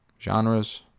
genres